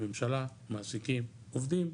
ממשלה-מעסיקים-עובדים,